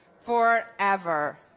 forever